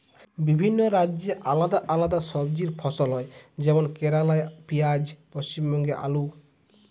বিভিন্ন রাজ্যে আলদা আলদা সবজি ফসল হয় যেমন কেরালাই পিঁয়াজ, পশ্চিমবঙ্গে আলু